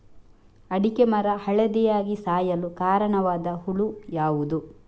ಅಡಿಕೆ ಮರ ಹಳದಿಯಾಗಿ ಸಾಯಲು ಕಾರಣವಾದ ಹುಳು ಯಾವುದು?